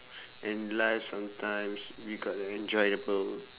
and life sometimes we got to enjoy the